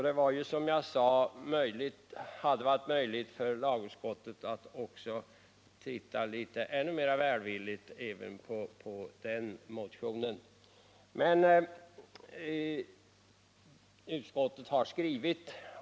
Det hade, som Onsdagen den jag sade, varit möjligt för lagutskottet att se ännu mer välvilligt även på den 9 maj 1979 motionen.